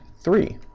three